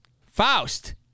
Faust